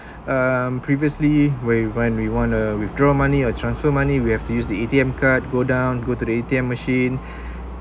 um previously where when we want to withdraw money or transfer money we have to use the A_T_M card go down go to the A_T_M machine